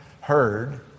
heard